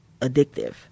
addictive